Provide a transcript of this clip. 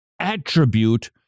attribute